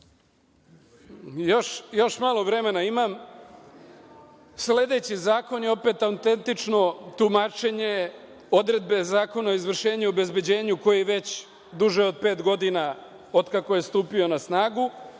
malo vremena imam. Sledeći zakon je opet autentično tumačenje odredbe Zakona o izvršenju i obezbeđenju koji već duže od pet godina, od kako je stupio na snagu.